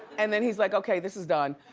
and then he's like okay, this is done.